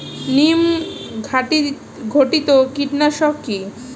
নিম ঘটিত কীটনাশক কি?